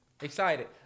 Excited